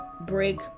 break